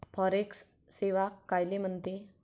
Forex सेवा कायले म्हनते?